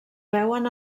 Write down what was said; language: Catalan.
veuen